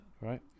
right